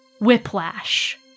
Whiplash